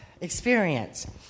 experience